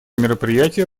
мероприятие